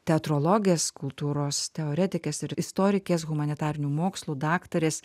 teatrologės kultūros teoretikės ir istorikės humanitarinių mokslų daktarės